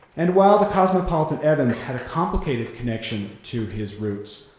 and while the cosmopolitan evans had a complicated connection to his roots,